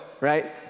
right